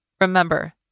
Remember